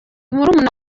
murumuna